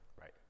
Right